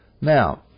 Now